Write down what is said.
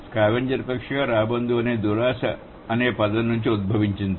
scavenger పక్షిగా రాబందు దురాశ అనే పదం నుంచి ఉద్భవించింది